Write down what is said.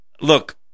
look